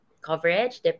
coverage